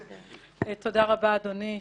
תודה רבה, אדוני.